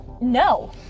No